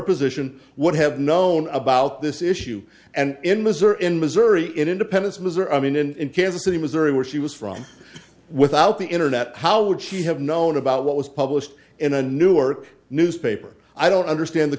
position would have known about this issue and in missouri in missouri in independence missouri i mean in kansas city missouri where she was from without the internet how would she have known about what was published in a newark newspaper i don't understand the